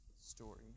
story